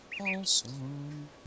Awesome